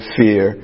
fear